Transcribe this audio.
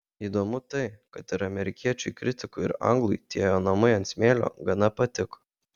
įdomu tai kad ir amerikiečiui kritikui ir anglui tie jo namai ant smėlio gana patiko